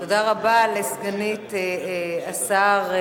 תודה רבה לסגנית השר,